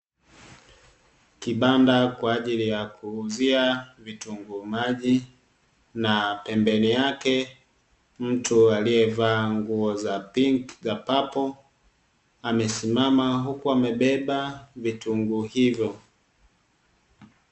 Kibanda kwa ajili ya kuuzia vitunguu maji na pembeni yake mtu aliyevaa nguo za pinki na papo, amesimama huku amebeba vitunguu hivyo.